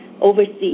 overseas